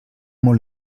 molt